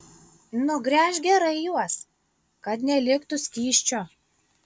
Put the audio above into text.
nugręžk gerai juos kad neliktų skysčio